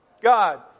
God